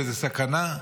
וזה סכנה.